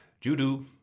Judo